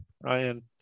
Ryan